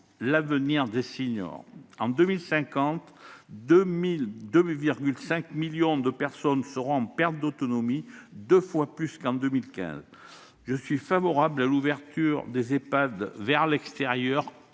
l'avenir des seniors, d'autant que 2,5 millions de personnes seront en perte d'autonomie en 2050, soit deux fois plus qu'en 2015. Je suis favorable à l'ouverture des Ehpad vers l'extérieur,